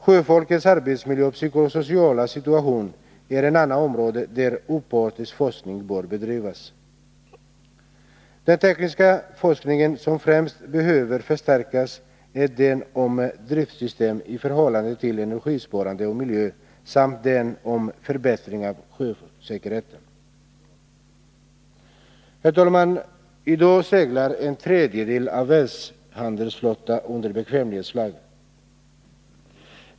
Sjöfolkets arbetsmiljö och psykosociala situation är ett annat område där opartisk forskning bör bedrivas. Den tekniska forskning som främst behöver förstärkas är den om driftsystem i förhållande till energisparande och miljö samt den om förbättring av sjösäkerheten. Herr talman! I dag seglar en tredjedel av världshandelsflottan under bekvämlighetsflagg.